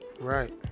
right